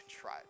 try